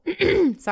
Sorry